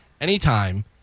anytime